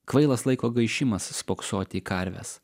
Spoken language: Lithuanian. kvailas laiko gaišimas spoksoti į karves